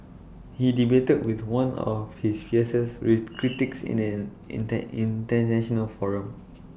he debated with one of his fiercest with critics in an intern International forum